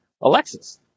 Alexis